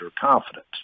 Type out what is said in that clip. confidence